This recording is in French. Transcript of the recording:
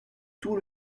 tout